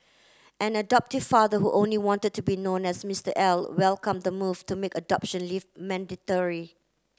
an adoptive father who only wanted to be known as Mr L welcomed the move to make adoption leave mandatory